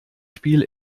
spiel